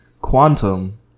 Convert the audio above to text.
Quantum